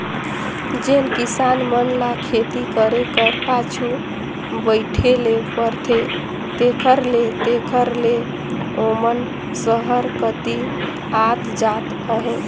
जेन किसान मन ल खेती करे कर पाछू बइठे ले परथे तेकर ले तेकर ले ओमन सहर कती आत जात अहें